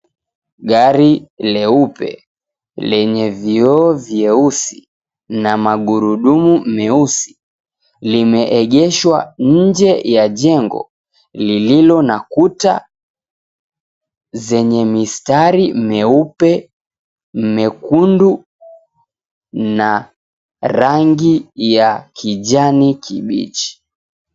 Gari leupe lenye vioo vyeusi na magurudumu meusi lemeengeshwa nje ya jengo lililo na kuta zenye mistari meupe, mekundu na rangi ya kijani kibichi.